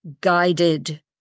guided